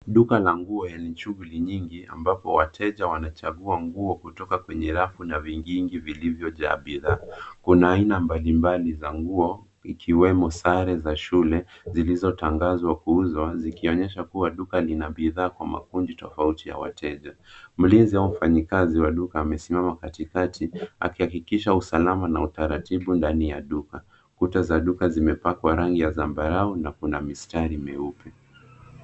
Duka la nguo lenye shughuli nyingi ambako wateja wanachagua nguo kutoka kwenye rafu na vingine vilivyopangwa vizuri. Kuna aina mbalimbali za nguo, ikiwemo sare za shule zilizotangazwa kuuzwa, zikionyesha kuwa duka lina bidhaa kwa makundi tofauti ya wateja. Mlinzi au mfanyakazi wa duka amesimama katikati, akihakikisha usalama na utaratibu ndani ya duka. Kuta za duka zimepakwa rangi ya zambarau na kuna mistari meupe.